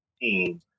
team